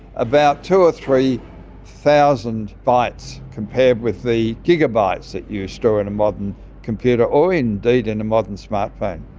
about two thousand or three thousand bytes compared with the gigabytes that you store in a modern computer or indeed in a modern smart phone.